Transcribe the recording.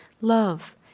Love